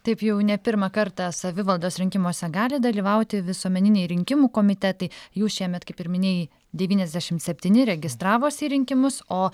taip jau ne pirmą kartą savivaldos rinkimuose gali dalyvauti visuomeniniai rinkimų komitetai jų šiemet kaip ir minėjai devyniasdešimt septyni registravosi į rinkimus o